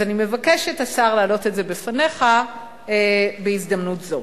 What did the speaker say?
אז אני מבקשת, השר, להעלות זאת בפניך בהזדמנות זו.